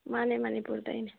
ꯃꯥꯅꯦ ꯃꯅꯤꯄꯨꯔꯗꯩꯅꯦ